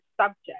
subject